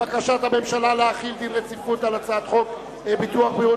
בקשת הממשלה להחיל דין רציפות על הצעת חוק ביטוח בריאות